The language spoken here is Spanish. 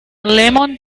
lemon